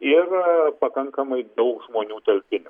ir pakankamai daug žmonių talpini